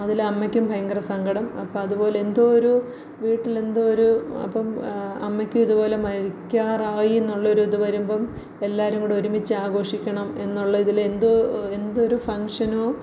അതിൽ അമ്മയ്ക്കും ഭയങ്കര സങ്കടം അപ്പം അതുപോലെ എന്തോ ഒരു വീട്ടിലെന്തോ ഒരു അപ്പം അമ്മയ്ക്കുവിതുപോലെ മരിക്കാറായീന്നുള്ളൊരു ഇത് വരുമ്പം എല്ലാരുങ്കൂടൊരുമിച്ചാഘോഷിക്കണം എന്നുള്ള ഇതിൽ എന്തോ എന്തോ ഒരു ഫങ്ഷനോ